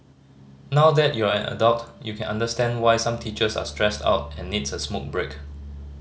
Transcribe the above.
now that you're an adult you can understand why some teachers are stressed out and needs a smoke break